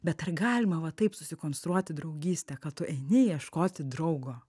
bet ar galima va taip susikonstruoti draugystę kad tu eini ieškoti draugo